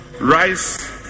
rice